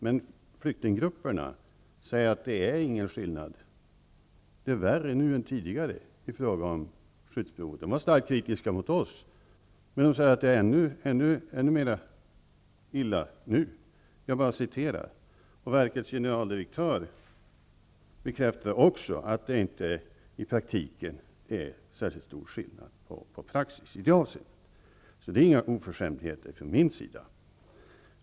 Men företrädare för flyktinggrupperna säger att det inte är någon skillnad. Det är värre nu än tidigare i fråga om skyddsbehovet. De var starkt kritiska mot den socialdemokratiska regeringen. Men nu är det än mer illa. Verkets generaldirektör bekräftar att det i praktiken inte råder någon skillnad i praxis i det avseendet. Det är alltså inte fråga om några oförskämdheter från min sida.